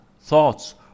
thoughts